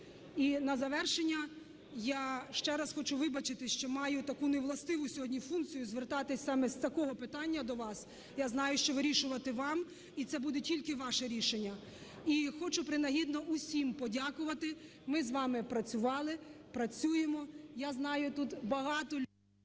І на завершення я ще раз хочу вибачитися, що маю таку невластиву сьогодні функцію звертатись саме з такого питання до вас. Я знаю, що вирішувати вам і це буде тільки ваше рішення. І хочу принагідно усім подякувати. Ми з вами працювали, працюємо. Я знаю, тут багато…